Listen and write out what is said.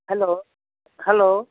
hello hello